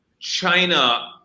China